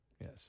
Yes